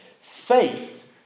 Faith